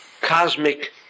cosmic